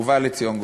ובא לציון גואל.